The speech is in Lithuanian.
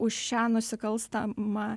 už šią nusikalstamą